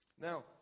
Now